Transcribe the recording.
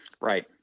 Right